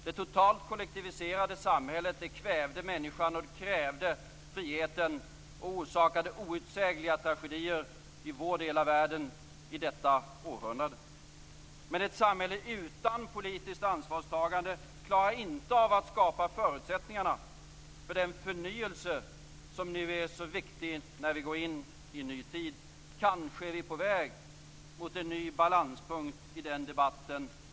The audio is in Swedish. Det totalt kollektiviserade samhället kvävde människan, kvävde friheten och orsakade outsägliga tragedier i vår del av världen i detta århundrade. Men ett samhälle utan politiskt ansvarstagande klarar inte av att skapa förutsättningarna för den förnyelse som nu är så viktig när vi går in i en ny tid. Kanske är vi på väg mot en ny balanspunkt i den debatten.